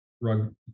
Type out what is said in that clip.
rug